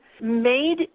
made